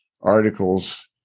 articles